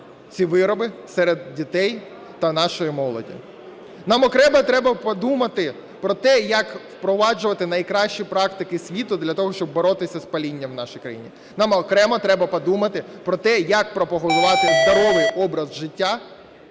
ці вироби серед дітей та нашої молоді. Нам окремо треба подумати про те, як впроваджувати найкращі практики світу для того, щоб боротися з палінням в нашій країні. Нам окремо треба подумати про те, як пропагувати здоровий образ життя